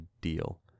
deal